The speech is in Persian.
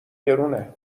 گرونه